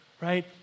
Right